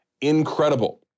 Incredible